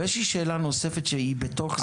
אבל יש לי שאלה נוספת שהיא בתוך זה.